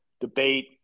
debate